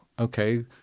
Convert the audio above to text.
okay